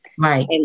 Right